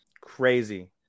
crazy